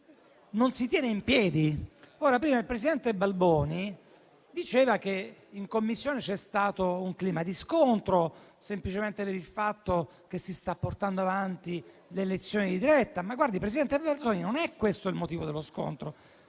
non si tiene in piedi. Prima il presidente Balboni diceva che in Commissione c'è stato un clima di scontro, semplicemente per il fatto che si sta portando avanti l'elezione diretta. Presidente Balboni, mi perdoni, ma non è questo il motivo dello scontro.